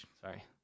sorry